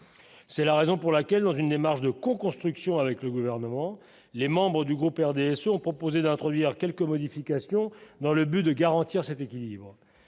c'est la raison pour laquelle, dans une démarche de cons construction avec le gouvernement, les membres du groupe RDSE ont proposé d'introduire quelques modifications dans le but de garantir cet équilibre